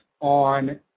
on